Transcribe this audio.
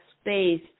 space